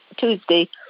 Tuesday